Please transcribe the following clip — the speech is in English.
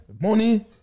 money